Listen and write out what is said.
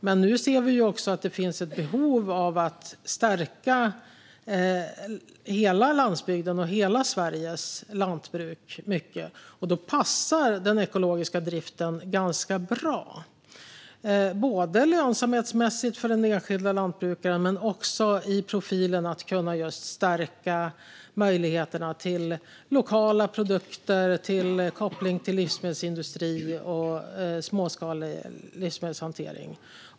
Men nu ser vi att det finns ett behov av att stärka hela landsbygden och hela Sveriges lantbruk, och då passar den ekologiska driften ganska bra. Det gäller lönsamhetsmässigt för den enskilda lantbrukaren, och det gäller även profilen att kunna stärka möjligheterna till lokala produkter, kopplingen till livsmedelsindustrin och småskalig livsmedelshantering.